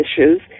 issues